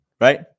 right